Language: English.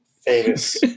famous